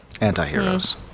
Anti-heroes